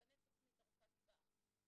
ותיבנה תוכנית ארוכת טווח,